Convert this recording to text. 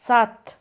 सात